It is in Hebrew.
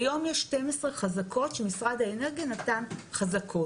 כיום יש 12 חזקות שמשרד האנרגיה נתן חזקות.